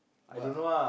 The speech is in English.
but